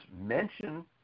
mention